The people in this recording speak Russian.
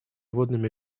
водными